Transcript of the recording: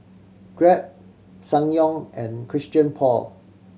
Grab Ssangyong and Christian Paul